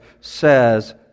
says